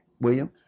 William